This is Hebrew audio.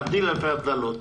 להבדיל אלפי הבדלות.